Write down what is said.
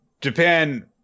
Japan